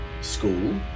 school